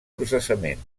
processament